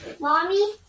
Mommy